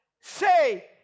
say